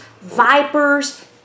vipers